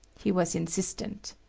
he was insistent.